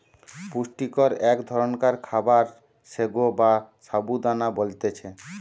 পুষ্টিকর এক ধরণকার খাবার সাগো বা সাবু দানা বলতিছে